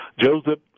Joseph